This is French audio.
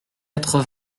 quatre